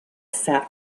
sat